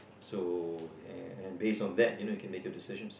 so and base on that you know you can make decisions